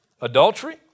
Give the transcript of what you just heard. adultery